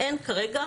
אין כרגע